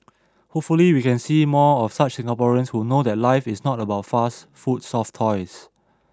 hopefully we can see more of such Singaporeans who know that life is not about fast food soft toys